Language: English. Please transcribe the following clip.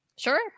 sure